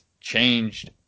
changed